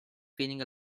feeling